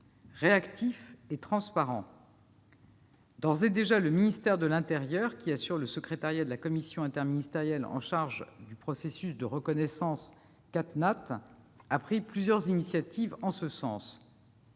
réactif et plus transparent. D'ores et déjà, le ministère de l'intérieur, qui assure le secrétariat de la commission interministérielle chargée du processus de reconnaissance CatNat, a pris plusieurs initiatives en ce sens.